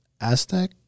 Aztec